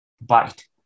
bite